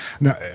Now